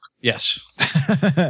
Yes